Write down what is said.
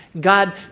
God